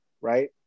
right